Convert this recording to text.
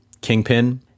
kingpin